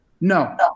No